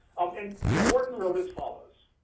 and wharton wrote as follows,